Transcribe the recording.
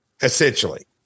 Essentially